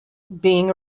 being